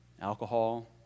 Alcohol